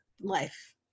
life